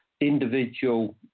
individual